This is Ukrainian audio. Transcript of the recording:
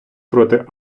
проти